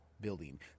building